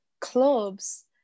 clubs